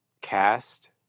cast